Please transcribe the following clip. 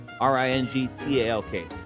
R-I-N-G-T-A-L-K